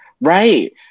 right